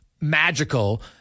magical